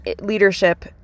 Leadership